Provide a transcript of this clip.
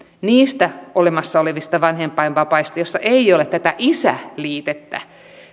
niistä olemassa olevista vanhempainvapaista joissa ei ole tätä isä liitettä